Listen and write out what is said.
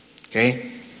Okay